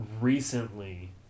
recently